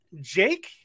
jake